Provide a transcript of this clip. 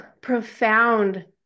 profound